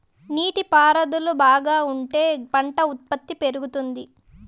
నీటి పారుదల బాగా ఉంటే పంట ఉత్పత్తి పెరుగుతుంది